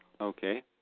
Okay